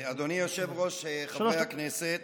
אדוני היושב-ראש, חברי הכנסת,